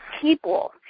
people